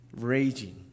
raging